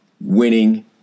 winning